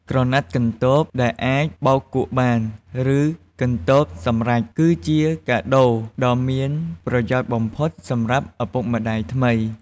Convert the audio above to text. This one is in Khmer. ក្រណាត់កន្ទបដែលអាចបោកគក់បាន ឬកន្ទបសម្រេច គឺជាកាដូដ៏មានប្រយោជន៍បំផុតសម្រាប់ឪពុកម្តាយថ្មី។